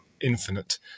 infinite